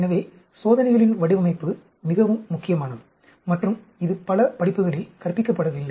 எனவே சோதனைகளின் வடிவமைப்பு மிகவும் முக்கியமானது மற்றும் இது பல படிப்புகளில் கற்பிக்கப்படவில்லை